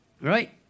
right